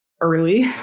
early